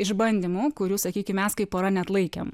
išbandymų kurių sakykim mes kaip pora neatlaikėm